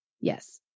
Yes